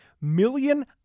million